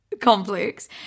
complex